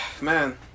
man